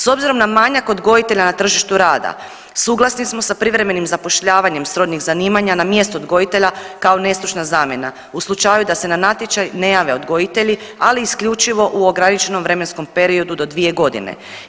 S obzirom na manjak odgojitelja na tržištu rada suglasni smo sa privremenim zapošljavanjem srodnih zanimanja na mjesto odgojitelja kao nestručna zamjena u slučaju da se na natječaj ne jave odgojitelji, ali isključivo u ograničenom vremenskom periodu do 2.g.